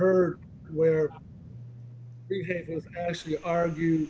hurt where actually are you